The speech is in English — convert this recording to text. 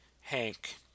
Hank